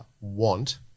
want